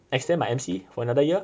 extend my M_C for another year